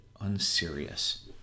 unserious